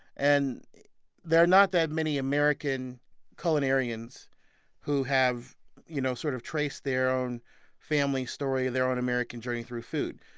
and there are not that many american culinarians who have you know sort of traced their own family story, their own american journey, through food.